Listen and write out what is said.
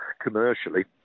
commercially